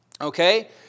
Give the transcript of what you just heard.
Okay